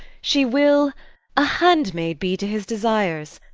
she will a handmaid be to his desires,